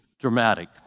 dramatic